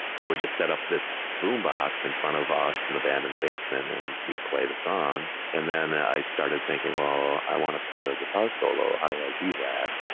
i would just set up this boombox in front of us and the band in the basement. then we'd play the song and then i started thinking, well, i want to put a guitar solo. how do i do that?